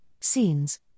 scenes